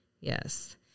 Yes